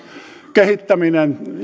kehittäminen